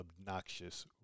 obnoxious